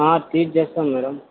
ఆ ఫీజ్ చేస్తాం మేడం